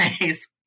nice